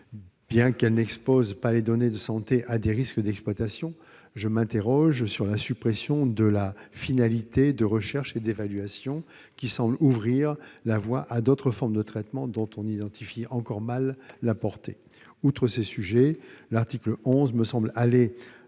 bien qu'elle n'expose pas les données de santé à des risques d'exploitation, je m'interroge sur la suppression de la « finalité d'étude, de recherche et d'évaluation », qui semble ouvrir la voie à d'autres formes de traitement, dont on identifie encore mal la portée. Cela étant, l'article 11 me semble aller